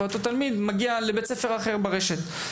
ואותו תלמיד מגיע לבית ספר אחר ברשת.